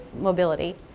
mobility